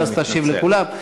ואז תשיב לכולם.